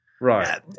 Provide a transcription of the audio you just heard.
Right